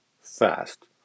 Fast